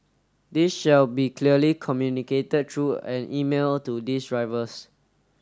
this shall be clearly communicated through an email to these drivers